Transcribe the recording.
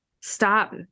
Stop